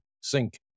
sink